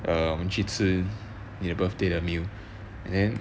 um 去吃你的 birthday the meal and then